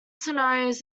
scenarios